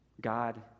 God